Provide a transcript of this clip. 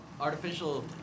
artificial